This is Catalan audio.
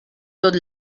tot